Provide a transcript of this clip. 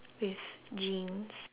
with jeans